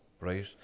right